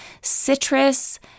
citrus